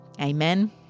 Amen